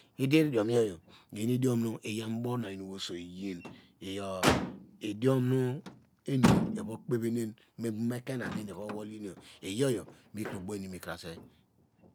Ide idiom nu eyaw mubo onuyan oso iyi idom nu eni eva kpeve nan mu ivom ekeima nu eni eva wol yinio iyoyo mikro baw eni mikrase.